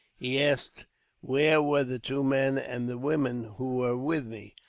he asked where were the two men and the woman who were with me.